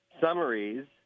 summaries